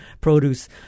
produce